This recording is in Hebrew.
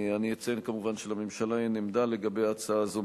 אני אציין כמובן שלממשלה אין עמדה לגבי הצעה זו,